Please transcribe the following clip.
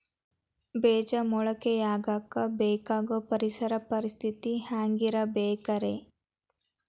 ಬೇಜ ಮೊಳಕೆಯಾಗಕ ಬೇಕಾಗೋ ಪರಿಸರ ಪರಿಸ್ಥಿತಿ ಹ್ಯಾಂಗಿರಬೇಕರೇ?